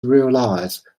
realize